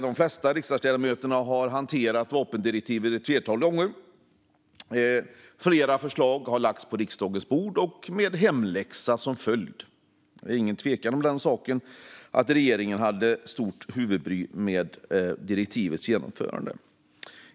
De flesta riksdagsledamöter har hanterat vapendirektivet ett flertal gånger. Flera förslag har lagts på riksdagens bord, med hemläxa som följd. Det är ingen tvekan om att regeringen hade stort huvudbry med direktivets genomförande.